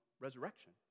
resurrection